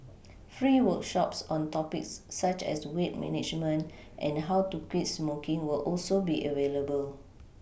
free workshops on topics such as weight management and how to quit smoking will also be available